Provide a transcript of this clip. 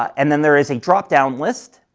and then there is a drop down list,